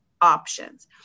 options